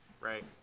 right